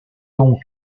donc